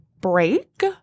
break